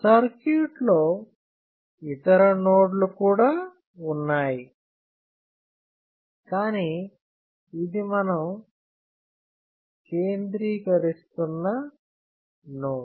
సర్క్యూట్లో ఇతర నోడ్లు కూడా ఉన్నాయి కానీ ఇది మనం కేంద్రీకరిస్తున్న నోడ్